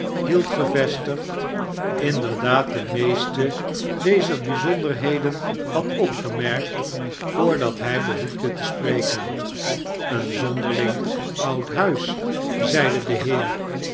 hield gevestigd inderdaad de meeste dezer bijzonderheden had opgemerkt voordat hij behoefde te spreken een zonderling oud huis zeide de oude heer